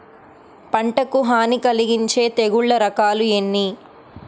పంటకు హాని కలిగించే తెగుళ్ళ రకాలు ఎన్ని?